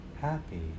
happy